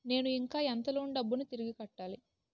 నేను ఇంకా ఎంత లోన్ డబ్బును తిరిగి కట్టాలి?